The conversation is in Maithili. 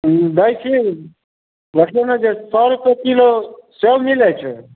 हूँ दै छी अखनी नहि देत सए रुपए किलो सेहो मिलै छै